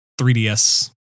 3ds